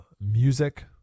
Music